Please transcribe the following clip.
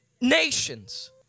nations